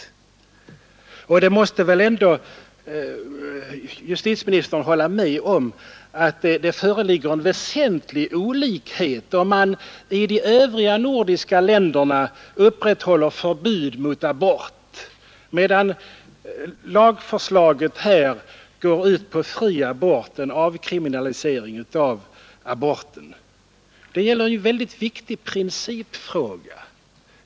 Justitieministern måste väl ändå hålla med om att det föreligger väsentliga olikheter, när man i de övriga nordiska länderna upprätthåller förbudet mot abort, medan lagförslaget här i Sverige går ut på fri abort, alltså en avkriminalisering av aborterna. Här gäller det en mycket viktig principfråga.